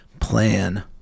plan